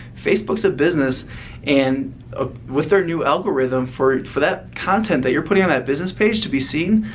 facebook's a business and ah with their new algorithm for for that content that you're putting on that business page to be seen,